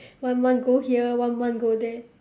one month go here one month go there